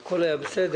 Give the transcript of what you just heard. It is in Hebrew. והכל היה בסדר,